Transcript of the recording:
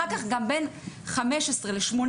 אחר כך גם בין 15 ל-18,